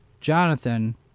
Jonathan